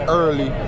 early